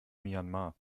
myanmar